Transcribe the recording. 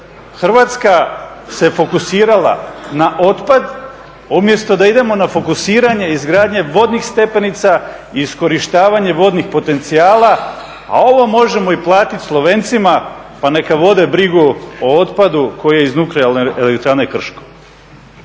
Hrvatska se fokusirala na otpad umjesto da idemo na fokusiranje izgradnje vodnih stepenica, iskorištavanje vodnih potencijala, a ovo možemo i platiti Slovencima pa neka vode brigu o otpadu koji je iz Nuklearne elektrane Krško.